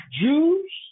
Jews